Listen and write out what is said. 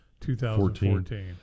2014